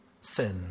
sin